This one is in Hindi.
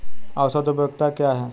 औसत उपयोगिता क्या है?